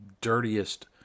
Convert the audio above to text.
dirtiest